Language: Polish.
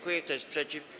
Kto jest przeciw?